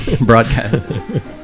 broadcast